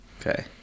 Okay